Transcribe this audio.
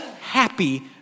happy